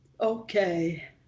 Okay